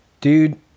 Dude